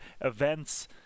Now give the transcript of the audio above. events